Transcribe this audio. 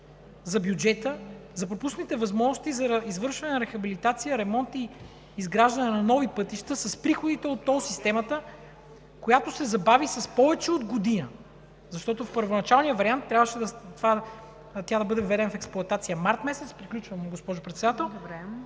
за бюджета, за пропуснатите възможности за извършване на рехабилитация, ремонт и изграждане на нови пътища с приходите от тол системата, която се забави с повече от година? Защото в първоначалния вариант трябваше да бъде въведена в експлоатация месец март, а сега го отлагаме